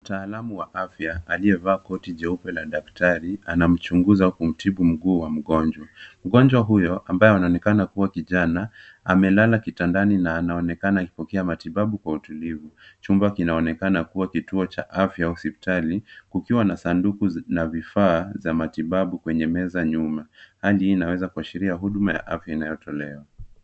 Mtaalamu wa afya aliyevaa koti jeupe la daktari, anamchunguza kumtibu mguu wa mgonjwa. Mgonjwa huyo ambaye anaonekana kuwa kijana, amelala kitandani na anaonekana akipokea matibabu kwa utulivu. Chumba kinaonekana kuwa kituo cha afya au hospitali, kukiwa na sanduku na vifaa za matibabu kwenye meza nyuma. Hali hii inaweza kuashiria huduma ya afya inayotolewa.